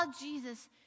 Jesus